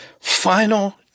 final